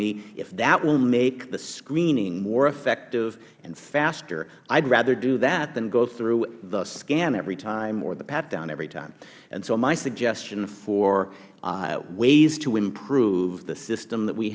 me if that will make the screening more effective and faster i would rather do that than go through the scan every time or the pat down every time so my suggestion for ways to improve the system that we